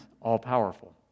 all-powerful